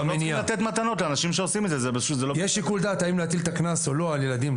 יש שיקול דעת האם להטיל את הקנס או לא על ילדים.